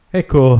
ecco